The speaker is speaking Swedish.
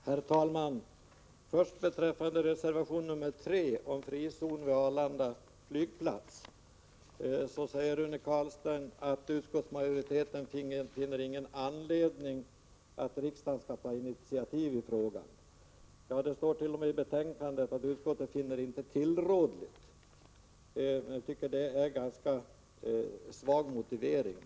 Herr talman! Först några ord beträffande reservation nr 3 om en frizon vid Arlanda flygplats. Rune Carlstein säger att utskottsmajoriteten inte finner någon anledning att riksdagen skall ta initiativ i frågan. I betänkandet står det t.o.m. att utskottet inte finner det ”tillrådligt” att riksdagen tar något initiativ. Jag tycker att det är en ganska svag motivering.